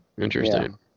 Interesting